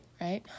right